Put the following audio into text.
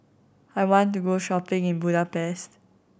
I want to go shopping in Budapest